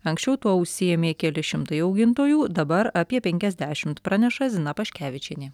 anksčiau tuo užsiėmė keli šimtai augintojų dabar apie penkiasdešimt praneša zina paškevičienė